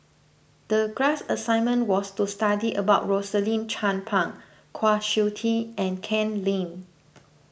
the class assignment was to study about Rosaline Chan Pang Kwa Siew Tee and Ken Lim